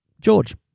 George